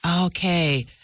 Okay